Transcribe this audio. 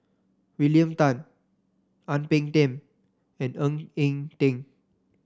William Tan Ang Peng Tiam and Ng Eng Teng